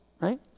Right